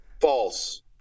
False